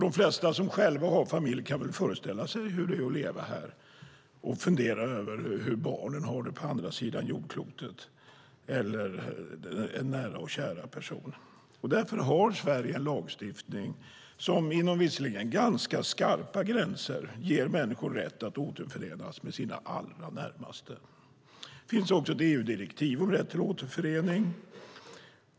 De flesta som själva har familj kan föreställa sig hur det är att leva här och fundera över hur barnen eller annan när och kär person har det på andra sidan jordklotet. Därför har Sverige en lagstiftning som inom visserligen ganska skarpa gränser ger människor rätt att återförenas med sina allra närmaste. Det finns också ett EU-direktiv om rätt till återförening.